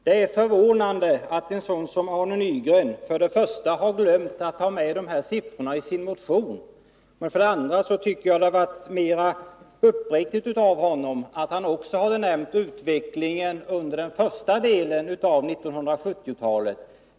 Det är för det första förvånande att Arne Nygren har glömt att ta med de här siffrorna i sin motion. För det andra tycker jag att det hade varit ärligare av honom att också nämna utvecklingen under den första delen av 1970-talet.